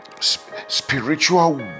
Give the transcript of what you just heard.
spiritual